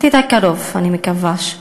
העתיד הקרוב, אני מקווה: